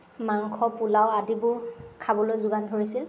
মাংস পোলাও আদিবোৰ খাবলৈ যোগান ধৰিছিল